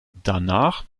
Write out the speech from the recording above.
danach